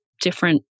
different